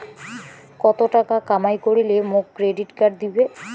কত টাকা কামাই করিলে মোক ক্রেডিট কার্ড দিবে?